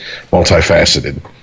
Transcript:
multifaceted